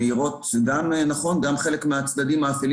שנכון שהן מאירות גם חלק מהצדדים האפלים